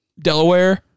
Delaware